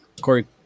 Corey